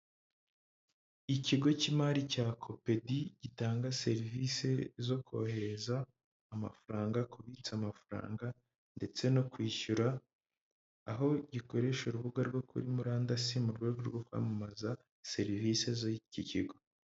Ikigo cy'imari cya COPEDI gitanga serivisi zo kohereza amafaranga, kubitsa amafaranga ndetse no kwishyura, aho gikoresha urubuga rwo kuri murandasi mu rwego rwo kwamamaza serivisi ziki kigo.